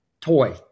toy